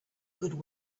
good